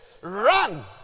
run